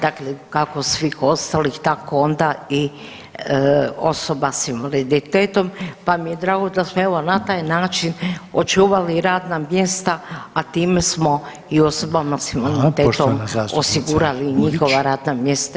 Dakle, kako svih ostalih tako onda i osoba sa invaliditetom, pa mi je drago da smo evo na taj način očuvali radna mjesta, a time smo i osobama s invaliditetom osigurali njihova radna mjesta.